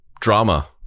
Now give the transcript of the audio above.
drama